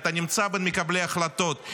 אתה נמצא במקבלי ההחלטות,